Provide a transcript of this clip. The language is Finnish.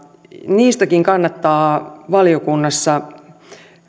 niistäkin kannattaa valiokunnassa